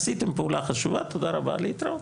עשיתם פעולה חשובה, תודה רבה, להתראות.